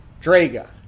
Draga